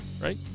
right